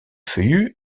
feuillus